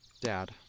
Dad